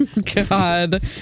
God